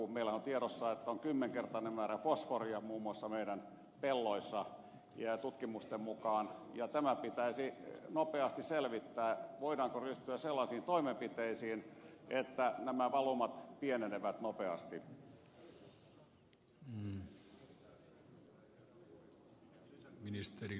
meillähän on tiedossa että on kymmenkertainen määrä fosforia muun muassa meidän pelloissamme tutkimusten mukaan ja tämä pitäisi nopeasti selvittää voidaanko ryhtyä sellaisiin toimenpiteisiin että nämä valumat pienenevät nopeasti